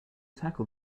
tackle